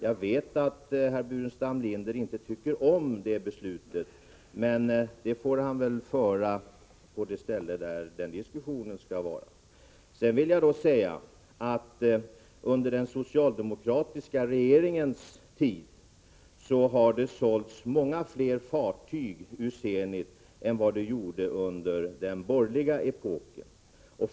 Jag vet att herr Burenstam Linder inte tycker om beslutet, men diskussionen om detta får han föra på det ställe där detta skall föras. Under den socialdemokratiska regeringens tid har det sålts många fler fartyg från Zenit än det såldes under den borgerliga epoken.